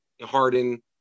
Harden